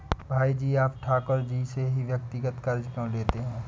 भाई जी आप ठाकुर जी से ही व्यक्तिगत कर्ज क्यों लेते हैं?